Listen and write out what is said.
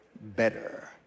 better